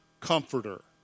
comforter